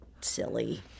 silly